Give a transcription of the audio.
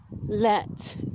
let